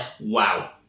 wow